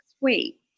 wait